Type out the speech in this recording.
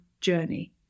journey